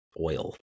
oil